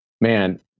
man